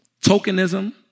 tokenism